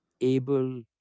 able